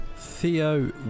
Theo